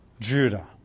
Judah